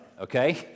okay